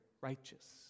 righteous